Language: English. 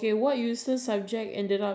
do you have any other questions